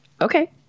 Okay